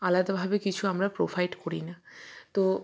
আলাদাভাবে কিছু আমরা প্রোভাইড করি না তো